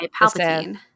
Palpatine